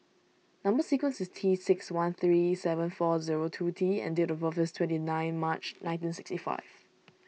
Number Sequence is T six one three seven four zero two T and date of birth is twenty nine March nineteen sixty five